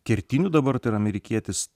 kertiniu dabar tai yra amerikietis